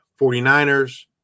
49ers